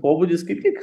pobūdis kaip tik